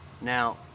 Now